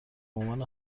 عنوان